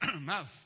mouth